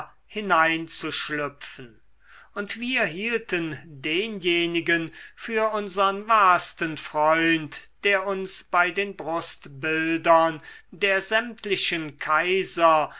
hineinzuschlüpfen und wir hielten denjenigen für unsern wahrsten freund der uns bei den brustbildern der sämtlichen kaiser